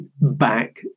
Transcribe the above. back